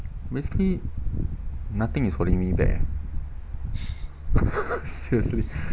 basically nothing is holding me back eh seriously